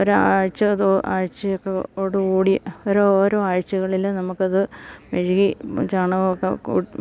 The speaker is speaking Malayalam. ഒരാഴ്ചത് ആഴ്ചയൊക്കെോ ഓട് കൂടി ഓരൊ ഓരോ ആഴ്ചകളില് നമുക്കത് മെഴുകി ചാണകമൊക്കെ